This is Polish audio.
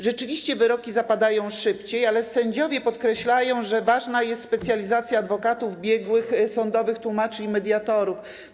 Rzeczywiście wyroki zapadają szybciej, ale sędziowie podkreślają, że ważna jest specjalizacja adwokatów, biegłych sądowych, tłumaczy i mediatorów.